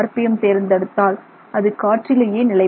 M தேர்ந்தெடுத்தால் அது காற்றிலேயே நிலைப்படும்